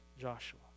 Joshua